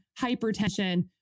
hypertension